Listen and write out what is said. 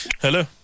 Hello